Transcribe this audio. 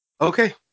Okay